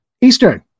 Eastern